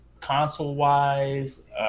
Console-wise